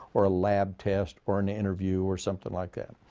or a lab test, or an interview, or something like that.